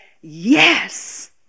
yes